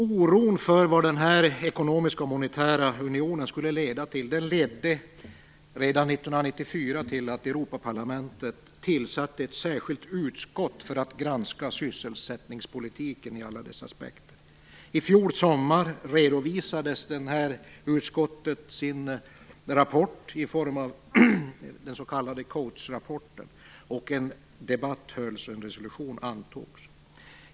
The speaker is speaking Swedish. Oron för vad den ekonomiska och monetära unionen skulle leda till ledde redan 1994 till att Europaparlamentet tillsatte ett särskilt utskott för att granska sysselsättningspolitiken i alla dess aspekter. I fjol sommar redovisade utskottet sin rapport i form av den s.k. Coates-rapporten, en debatt hölls och en resolution antogs.